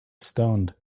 stoned